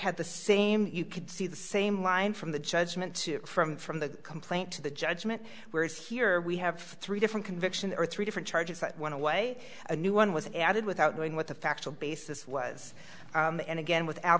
had the same you could see the same line from the judgment to from from the complaint to the judgment whereas here we have three different conviction or three different charges that went away a new one was added without knowing what the factual basis was and again with al